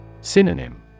Synonym